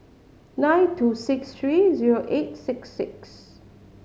nine two six three zero eight six six